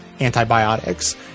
antibiotics